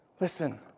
Listen